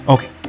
Okay